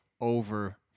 over